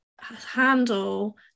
handle